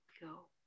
go